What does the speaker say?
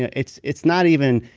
it's it's not even.